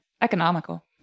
economical